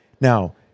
Now